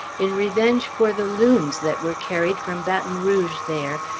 in revenge for the looms that were carried from baton rouge there,